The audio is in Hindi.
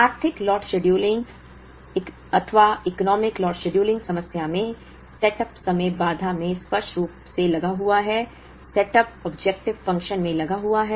आर्थिक lot scheduling economic lot scheduling समस्या में सेटअप समय बाधा में स्पष्ट रूप से लगा हुआ है सेटअप ऑब्जेक्टिव फ़ंक्शन में लगा हुआ है